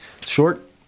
Short